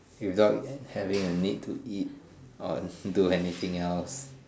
without having a need to eat or do anything else